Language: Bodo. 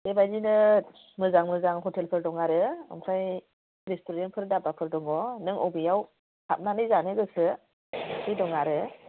बेबायदिनो मोजां मोजां हटेलफोर दं आरो ओमफ्राय रेस्टुरेन्टफोर धाबाफोर दङ नों बबेयाव हाबनानै जानो गोसो बिदि दं आरो